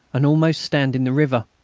and almost stand in the river.